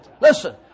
listen